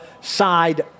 side